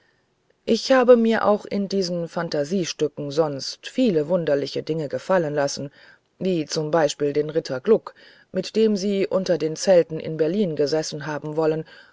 ich habe mir auch in diesen fantasiestücken sonst viele wunderliche dinge gefallen lassen wie z b den ritter gluck mit dem sie unter den zelten in berlin gesessen haben wollen